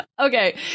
Okay